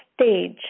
stage